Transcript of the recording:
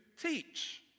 teach